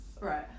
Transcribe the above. Right